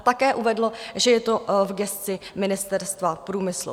Také uvedl, že je to v gesci Ministerstva průmyslu.